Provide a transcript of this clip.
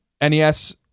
NES